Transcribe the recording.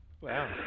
Wow